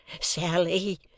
Sally